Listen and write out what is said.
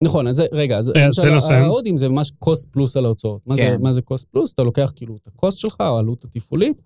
נכון, אז רגע, ההודים זה ממש cost פלוס על ההוצאות. מה זה cost פלוס? אתה לוקח כאילו את ה-cost שלך, על העלות התיפעולית.